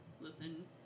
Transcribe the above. Listen